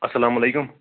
اسلام علیکُم